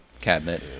cabinet